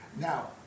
now